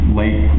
late